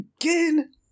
again